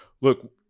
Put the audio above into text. look